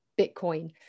Bitcoin